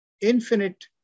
infinite